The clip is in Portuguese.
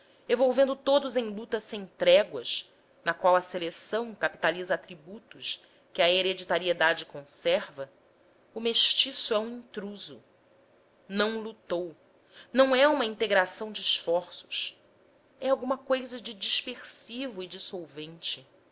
evolvendo todos em luta sem tréguas na qual a seleção capitaliza atributos que a hereditariedade conserva o mestiço é um intruso não lutou não é uma integração de esforços é alguma cousa de dispersivo e dissolvente